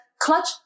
clutch